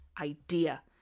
idea